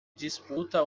disputa